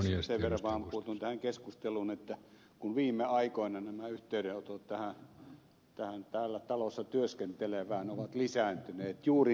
sen verran vaan puutun tähän keskusteluun että viime aikoina nämä yhteydenotot tähän täällä talossa työskentelevään ovat lisääntyneet juuri niistä syistä jotka ed